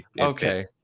Okay